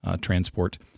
transport